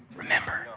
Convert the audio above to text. remember,